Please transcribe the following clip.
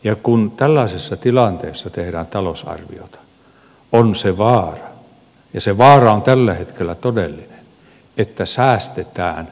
ja kun tällaisessa tilanteessa tehdään talousarviota on se vaara ja se vaara on tällä hetkellä todellinen että säästetään kustannusvaikutuksista piittaamatta